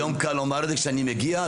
היום קל לומר לי כשאני מגיע,